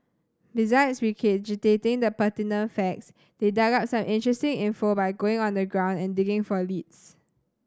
besides regurgitating the pertinent facts they dug up some interesting info by going on the ground and digging for leads